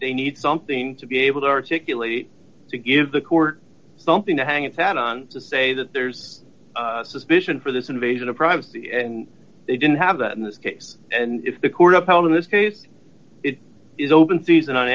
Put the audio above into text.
they need something to be able to articulate to give the court something to hang its hat on to say that there's suspicion for this invasion of privacy and they didn't have that in this case and if the court upheld in this case it is open season on